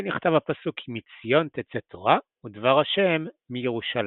נכתב הפסוק "כי מציון תצא תורה ודבר ה' מירושלים".